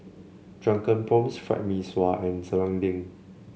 Drunken Prawns Fried Mee Sua and Serunding